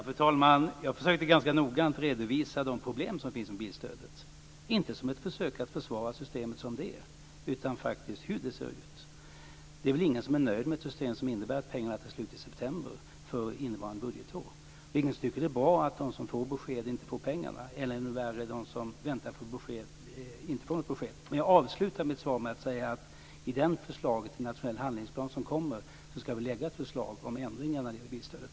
Fru talman! Jag försökte ganska noggrant redovisa de problem som finns med bilstödet - inte som ett försök att försvara systemet som det är utan för att tala om hur det ser ut. Det är väl ingen som är nöjd med ett system som innebär att pengarna tar slut i september för innevarande budgetår. Det är ingen som tycker att det är bra att de som får besked inte får pengarna, eller ännu värre: att de som väntar på besked inte får något besked. Jag avslutade dock mitt svar med att säga att i det förslag till nationell handlingsplan som kommer ska vi lägga fram ett förslag om ändringar när det gäller bilstödet.